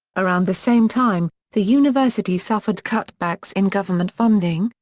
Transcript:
around the same time, the university suffered cutbacks in government funding,